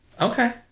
Okay